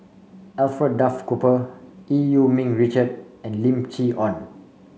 Alfred Duff Cooper Eu Yee Ming Richard and Lim Chee Onn